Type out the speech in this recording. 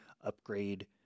upgrade